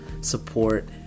support